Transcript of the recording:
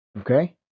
Okay